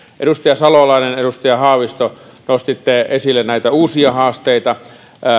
edustaja salolainen ja edustaja haavisto nostitte esille uusia haasteita